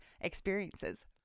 experiences